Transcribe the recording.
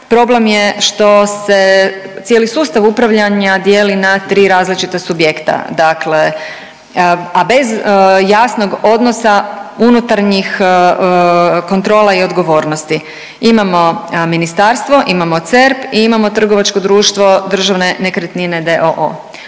problem je što se cijeli sustav upravljanja dijeli na tri različita subjekta. Dakle, a bez jasnog odnosa unutar njih kontrola i odgovornosti. Imamo ministarstvo, imamo CERP i imamo trgovačko društvo Državne nekretnine